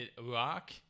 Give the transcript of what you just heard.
rock